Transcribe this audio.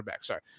sorry